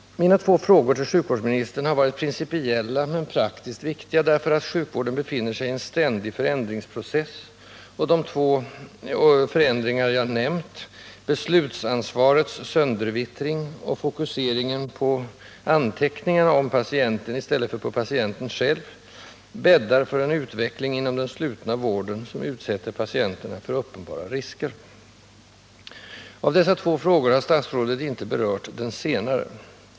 Mina två frågor till sjukvårdsministern har varit principiella men praktiskt viktiga därför att sjukvården befinner sig i en ständig förändringsprocess och de förändringar jag nämnt — beslutsansvarets söndervittring och fokuseringen på anteckningar om patienten i stället för på patienten själv — bäddar för en utveckling inom den slutna vården som utsätter patienterna för uppenbara risker. Av dessa frågor har statsrådet inte berört den senare.